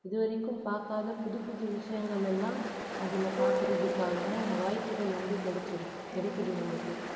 இதுவரைக்கும் பார்க்காத புதுப்புது விஷயங்கள் எல்லாம் அதில் பார்க்கறத்துக்கான வாய்ப்புகள் வந்து கிடச்சிருக்கு கிடைக்குது எங்களுக்கு